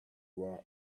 raw